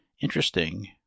interesting